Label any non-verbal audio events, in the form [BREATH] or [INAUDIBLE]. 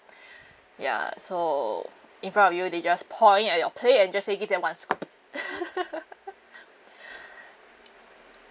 [BREATH] ya so in front of you they just point at your plate and just say give them one scoop [LAUGHS] [BREATH]